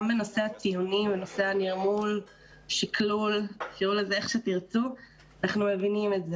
גם בנושא הציונים והנרמול אנחנו מבינים את זה.